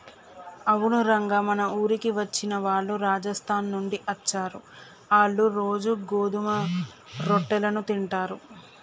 అవును రంగ మన ఊరికి వచ్చిన వాళ్ళు రాజస్థాన్ నుండి అచ్చారు, ఆళ్ళ్ళు రోజూ గోధుమ రొట్టెలను తింటారు